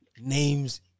names